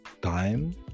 time